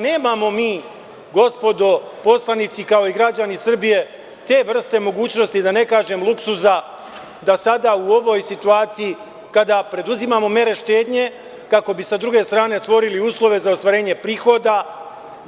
Nemamo mi, gospodo poslanici, kao i građani Srbije te vrste mogućnosti da ne kažem luksuza da sada u ovoj situaciju, kada preduzimamo mere štednje, kako bi sa druge strane stvorili uslove za ostvarenje prihoda,